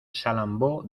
salambó